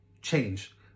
change